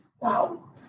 wow